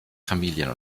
familien